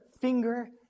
finger